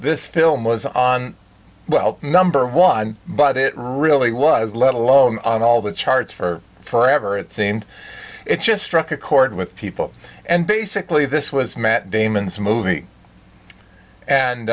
this film was on well number one but it really was let alone on all the charts for forever it seemed it just struck a chord with people and basically this was matt damon's movie and